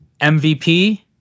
MVP